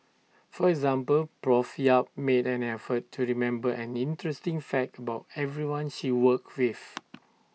for example Prof yap made an effort to remember an interesting fact about everyone she worked with